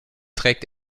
trägt